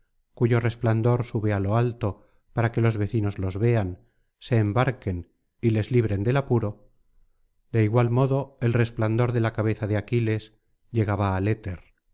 cuyo resplandor sube á lo alto para que los vecinos los vean se embarquen y les libren del apuro de igual modo el resplandor de la cabeza de aquiles llegaba al